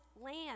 land